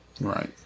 Right